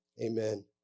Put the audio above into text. Amen